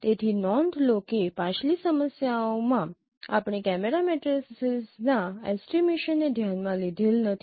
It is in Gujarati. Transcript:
તેથી નોંધ લો કે પાછલી સમસ્યાઓમાં આપણે કેમેરા મેટ્રિસીઝના એસ્ટીમેશન ને ધ્યાનમાં લીધેલ નથી